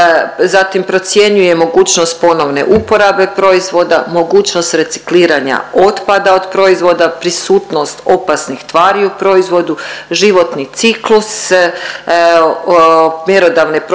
zatim procjenjuje mogućnost ponovne uporabe proizvoda, mogućnost recikliranja otpada od proizvoda, prisutnost opasnih tvari u proizvodu, životni ciklus, mjerodavne propise